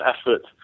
effort